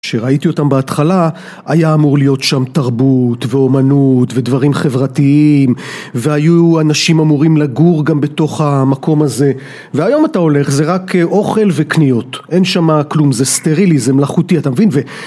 כשראיתי אותם בהתחלה היה אמור להיות שם תרבות ואומנות ודברים חברתיים והיו אנשים אמורים לגור גם בתוך המקום הזה והיום אתה הולך, זה רק אוכל וקניות, אין שמה כלום, זה סטרילי, זה מלאכותי, אתה מבין?